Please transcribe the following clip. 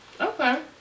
Okay